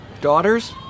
daughter's